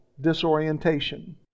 disorientation